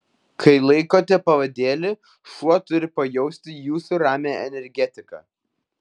kai laikote pavadėlį šuo turi pajausti jūsų ramią energetiką